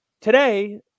today